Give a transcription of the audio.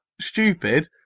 stupid